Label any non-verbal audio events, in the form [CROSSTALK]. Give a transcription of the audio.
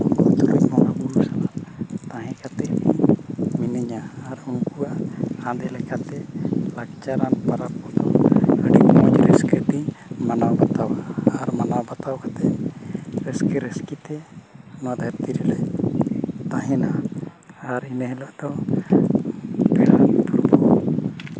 [UNINTELLIGIBLE] ᱛᱟᱦᱮᱸ ᱠᱟᱛᱮᱫ ᱢᱤᱱᱟᱹᱧᱟ ᱟᱨ ᱩᱱᱠᱩᱣᱟᱜ [UNINTELLIGIBLE] ᱞᱮᱠᱟᱛᱮ ᱞᱟᱠᱪᱟᱨᱟᱱ ᱯᱚᱨᱚᱵᱽ ᱠᱚᱫᱚ ᱟᱹᱰᱤ ᱢᱚᱡᱽ ᱨᱟᱹᱥᱠᱟᱹ ᱛᱤᱧ ᱢᱟᱱᱟᱣ ᱵᱟᱛᱟᱣᱟ ᱟᱨ ᱢᱟᱱᱟᱣ ᱵᱟᱛᱟᱣ ᱠᱟᱛᱮᱫ ᱨᱟᱹᱥᱠᱟᱹ ᱨᱟᱹᱥᱠᱤ ᱛᱮ ᱱᱚᱣᱟ ᱫᱷᱟᱹᱨᱛᱤ ᱨᱮᱞᱮ ᱛᱟᱦᱮᱱᱟ ᱟᱨ ᱤᱱᱟᱹ ᱦᱤᱞᱳᱜ ᱫᱚ [UNINTELLIGIBLE]